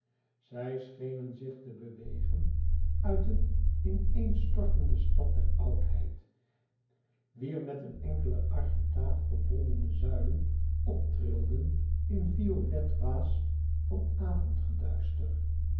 zij schenen zich te bewegen uit eene in-een stortende stad der oudheid wier met een enkele architraaf verbondene zuilen optrilden in violet waas van